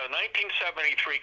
1973